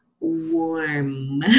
warm